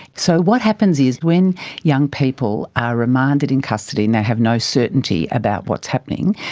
so what happens is when young people are remanded in custody and they have no certainty about what is happening,